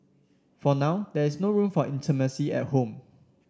for now there is no room for intimacy at home